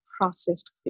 processed